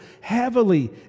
heavily